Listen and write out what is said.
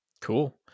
Cool